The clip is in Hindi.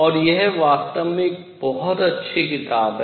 और यह वास्तव में एक बहुत अच्छी किताब है